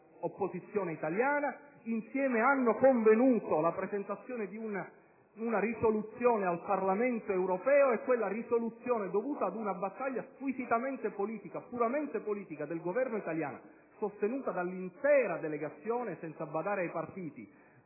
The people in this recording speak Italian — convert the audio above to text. dell'opposizione italiana), che insieme ha convenuto la presentazione di una risoluzione al Parlamento europeo; quella risoluzione, dovuta ad una battaglia puramente politica del Governo italiano, sostenuta dall'intera delegazione senza badare ai partiti,